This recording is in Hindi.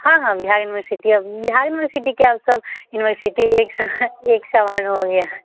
हाँ हाँ बिहार यूनिवर्सिटी अब बिहार यूनिवर्सिटी क्या अब सब यूनिवर्सिटी एक एक समान हो गए